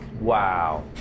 Wow